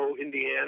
Indiana